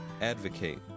advocate